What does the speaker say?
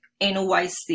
NYC